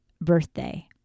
birthday